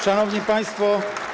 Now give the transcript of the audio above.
Szanowni Państwo!